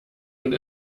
und